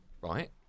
Right